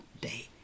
day